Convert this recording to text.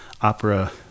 opera